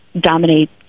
dominate